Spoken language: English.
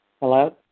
Hello